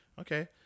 okay